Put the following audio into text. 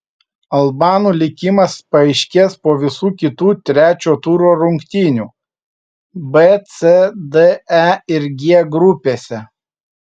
albanų likimas paaiškės po visų kitų trečio turo rungtynių b c d e ir g grupėse